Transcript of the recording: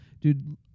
Dude